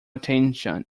attention